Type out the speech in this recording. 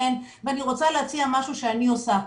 ואני רוצה להציע משהו שאני עושה.